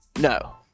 No